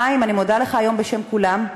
חיים, אני מודה לך היום בשם כולם,